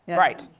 right.